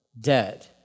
dead